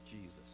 Jesus